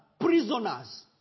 prisoners